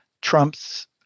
Trump's